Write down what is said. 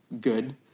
good